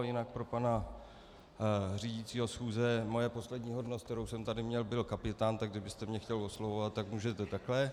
Jinak pro pana řídícího schůze, moje poslední hodnost, kterou jsem měl, byl kapitán, tak kdybyste mě chtěl oslovovat, tak můžete takhle.